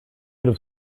could